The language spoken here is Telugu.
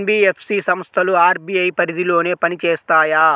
ఎన్.బీ.ఎఫ్.సి సంస్థలు అర్.బీ.ఐ పరిధిలోనే పని చేస్తాయా?